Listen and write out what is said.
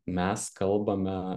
mes kalbame